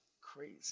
crazy